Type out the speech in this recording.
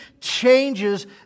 changes